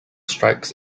strikes